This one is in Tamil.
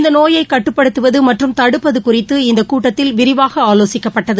இந்த நோயை கட்டுப்படுத்தவது மற்றும் தடுப்பது குறித்து இந்த கூட்டத்தில் விரிவாக ஆலோசிக்கப்பட்டது